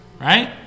Right